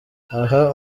aha